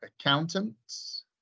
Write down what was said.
accountants